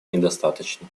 недостаточно